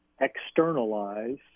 externalize